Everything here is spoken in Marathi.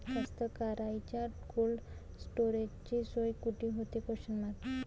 कास्तकाराइच्या कोल्ड स्टोरेजची सोय कुटी होते?